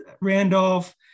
Randolph